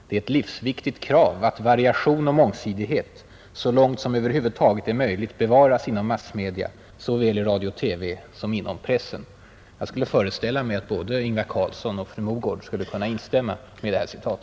Det är ett livsviktigt krav att variation och mångsidighet så långt som över huvud taget är möjligt bevaras inom massmedia, såväl i radio-TV som inom pressen.” Jag skulle föreställa mig att herr Carlsson, fru Mogård och jag skulle kunna instämma i detta citat.